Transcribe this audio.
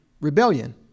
rebellion